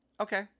Okay